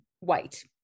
weight